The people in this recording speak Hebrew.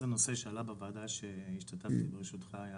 אז הנושא שעלה בוועדה שהשתתפתי, בראשותך, היה